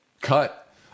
cut